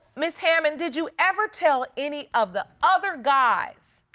mrs. hammond, did you ever tell any of the other guys.